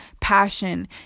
passion